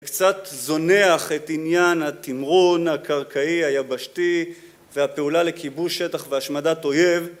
וקצת זונח את עניין התימרון הקרקעי היבשתי והפעולה לכיבוש שטח והשמדת אויב